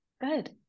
good